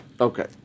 Okay